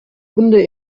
hunde